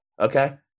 Okay